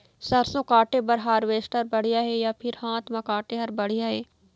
सरसों काटे बर हारवेस्टर बढ़िया हे या फिर हाथ म काटे हर बढ़िया ये?